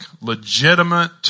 legitimate